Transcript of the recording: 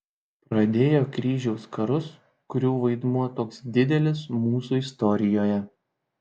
pradėjo kryžiaus karus kurių vaidmuo toks didelis mūsų istorijoje